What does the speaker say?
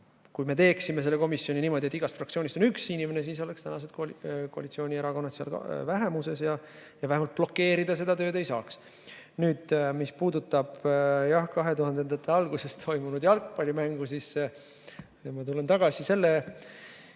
kui me teeksime selle komisjoni niimoodi, et igast fraktsioonist on üks inimene, siis oleks koalitsioonierakonnad seal vähemuses ja vähemalt blokeerida seda tööd ei saaks. Mis puudutab jah 2000‑ndate alguses toimunud jalgpallimängu, siis ma tulen tagasi selle